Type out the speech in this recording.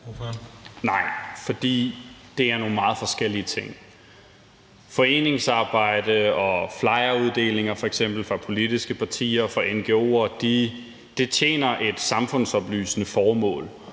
Nej, det er nogle meget forskellige ting. Foreningsarbejde og uddeling af flyers af politiske partier og ngo'ere tjener et samfundsoplysende formål.